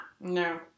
No